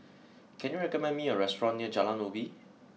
can you recommend me a restaurant near Jalan Ubi